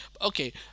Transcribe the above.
Okay